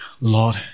Lord